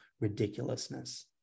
ridiculousness